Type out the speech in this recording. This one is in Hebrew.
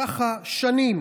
ככה שנים.